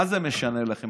מה זה משנה לכם?